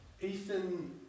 Ethan